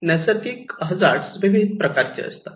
नैसर्गिक हजार्ड विविध प्रकारचे असतात